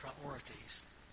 priorities